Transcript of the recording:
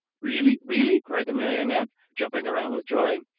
really? really? cried the marionette, jumping around with joy.